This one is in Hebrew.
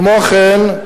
כמו כן,